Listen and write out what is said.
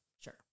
sure